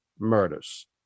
murders